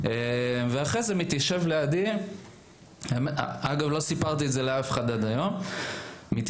מה שלא סיפרתי עד היום זה שאחרי זה שהוא